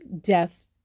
death